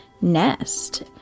nest